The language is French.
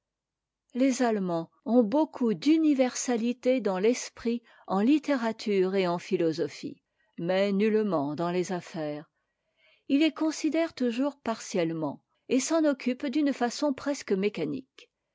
les allemands ont beaucoup d'universalitédans l'esprit en littérature et en philosophie mais nullement dans les affaires ils les considèrent toujours partiellement et s'en occupent d'une façon presque mécanique